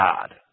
God